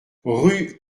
rue